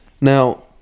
now